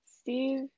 Steve